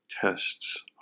tests